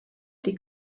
die